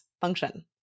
function